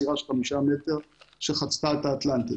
סירה של חמישה מטרים שחצתה את האטלנטיק.